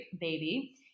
baby